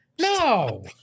No